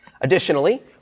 Additionally